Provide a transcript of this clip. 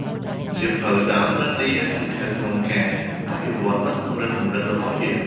សៀវភៅដើរតួនាទីយ៉ាងសំខាន់ក្នុងការអភិវឌ្ឍ និងពង្រីក គំនិត របស់យើង។